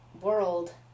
world